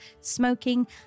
smoking